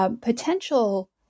potential